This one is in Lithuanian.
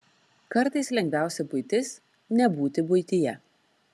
kartais lengviausia buitis nebūti buityje